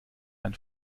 ein